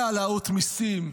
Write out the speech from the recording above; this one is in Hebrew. להעלאות מיסים,